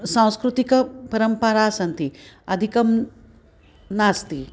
सांस्कृतिकपरम्पराः सन्ति अधिकं नास्ति